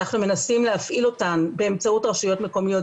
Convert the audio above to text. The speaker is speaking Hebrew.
אנחנו מנסים להפעיל אותן באמצעות רשויות מקומיות,